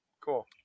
Cool